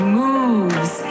moves